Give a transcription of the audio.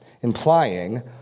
implying